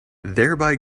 thereby